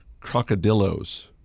Crocodillos